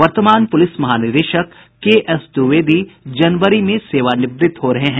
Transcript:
वर्तमान पूलिस महानिदेशक केएस द्विवेदी जनवरी में सेवानिव्रत हो रहे हैं